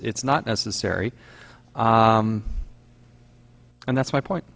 it's not necessary i am and that's my point